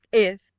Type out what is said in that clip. if!